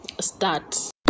starts